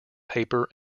paper